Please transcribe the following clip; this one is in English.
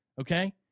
Okay